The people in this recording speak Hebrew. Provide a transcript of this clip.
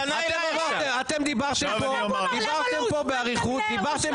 --- אתם דיברתם פה באריכות --- הוא פנה אליי עכשיו.